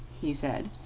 he said,